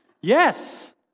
Yes